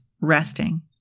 resting